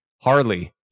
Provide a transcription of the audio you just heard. Harley